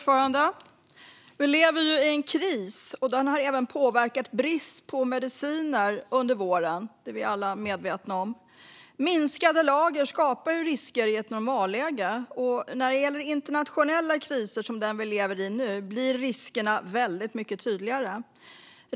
Fru talman! Vi lever i en kris. Den har även medfört brist på mediciner under våren; det är vi alla medvetna om. Minskade lager skapar risker i ett normalläge. I internationella kriser, som den vi nu lever i, blir riskerna väldigt mycket tydligare.